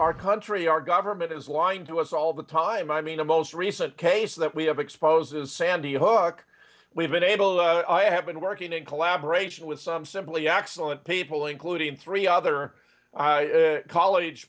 our country our government is lying to us all the time i mean the most recent case that we have exposed is sandy hook we've been able to have been working in collaboration with some simply accident people including three other college